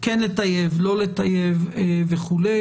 כן לטייב, לא לטייב וכולי.